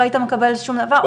לא היית מקבל שום דבר?